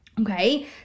okay